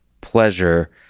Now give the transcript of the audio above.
pleasure